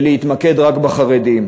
להתמקד רק בחרדים,